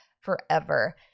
forever